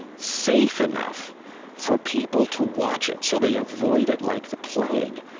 safe enough for people to watch it, so they avoid it like the plague.